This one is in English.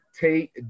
Tate